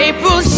April